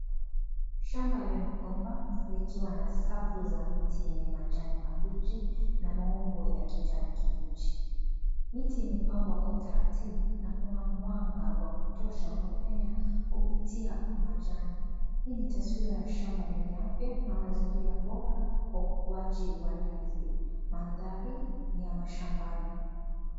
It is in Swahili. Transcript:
Shamba la migomba likiwa na safu za miti yenye majani mabichi na maumbo ya kijani kibichi . Miti imepangwa kwa utaratibu na kuna mwanga wa kutosha unaopenya kupitia majani. Hii ni taswira ya shamba lenye afya na mazingira bora Kwa ukuaji wa ndizi. Mandhari ni ya mashambani.